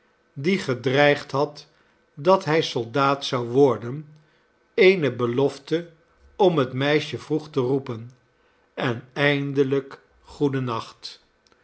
die gedreigd had dat hij soldaat zou worden eene belofte om het meisje vroeg te roepen en eindelijk